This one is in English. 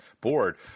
board